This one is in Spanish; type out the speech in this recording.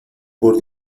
por